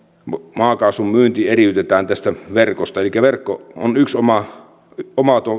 maakaasun myynti eriytetään tästä verkosta elikkä verkko on yksi oma oma